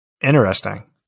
Interesting